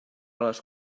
les